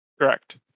Correct